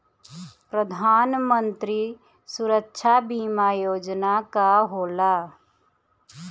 प्रधानमंत्री सुरक्षा बीमा योजना का होला?